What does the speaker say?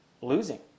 losing